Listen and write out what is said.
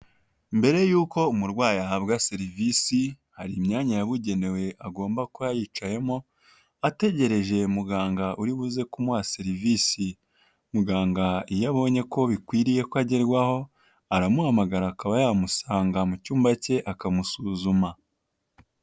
Mbere yuko umurwayi ahabwa serivisi hari imyanya yabugenewe agomba kuba yicayemo ategereje muganga uri buze kumuha serivisi, muganga iyo abonye ko bikwiriye ko agerwaho aramuhamagara akaba yamusanga mu cyumba ke akamusuzuma.